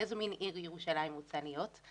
איזו מין עיר ירושלים רוצה להיות.